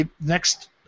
next